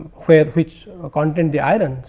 where which ah contain the iron. so,